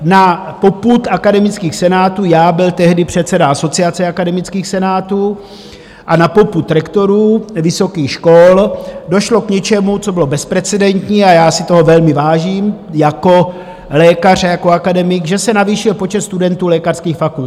Na popud akademických senátů, já byl tehdy předseda Asociace akademických senátů, a na popud rektorů vysokých škol došlo k něčemu, co bylo bezprecedentní, a já si toho velmi vážím jako lékař, jako akademik, že se navýšil počet studentů lékařských fakult.